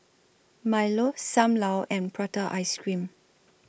Milo SAM Lau and Prata Ice Cream